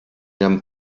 eren